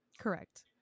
Correct